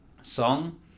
Song